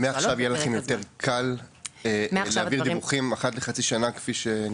ומעכשיו יהיה לכם יותר קל להעביר דיווחים אחת לחצי שנה כפי שנדרש?